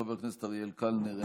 חבר הכנסת אריאל קלנר,